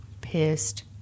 pissed